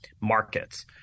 markets